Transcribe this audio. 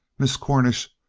miss cornish,